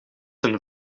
een